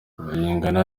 bayingana